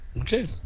Okay